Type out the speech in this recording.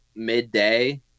midday